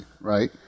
right